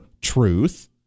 truth